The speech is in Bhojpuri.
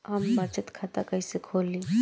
हम बचत खाता कइसे खोलीं?